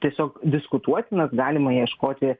tiesiog diskutuotinas galima ieškoti